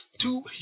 two